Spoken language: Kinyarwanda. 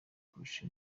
kurusha